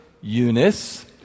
Eunice